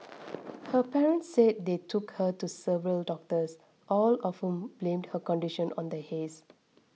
her parents said they took her to several doctors all of whom blamed her condition on the haze